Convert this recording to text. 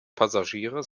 passagiere